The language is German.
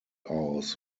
aus